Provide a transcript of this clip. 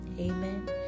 Amen